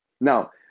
Now